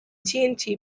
tnt